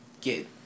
get